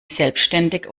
selbstständig